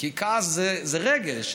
כי כעס זה רגש.